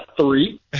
three